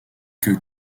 que